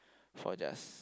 for just